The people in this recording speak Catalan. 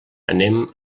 anem